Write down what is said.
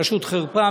פשוט חרפה,